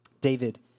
David